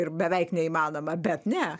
ir beveik neįmanoma bet ne